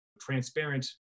transparent